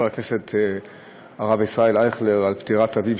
הכנסת הרב ישראל אייכלר על פטירת אביו,